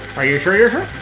are you sure you're